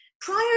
prior